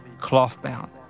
cloth-bound